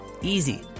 Easy